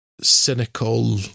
cynical